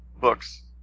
books